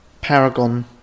Paragon